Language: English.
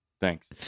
thanks